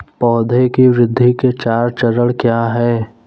पौधे की वृद्धि के चार चरण क्या हैं?